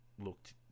looked